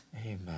Amen